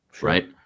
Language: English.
right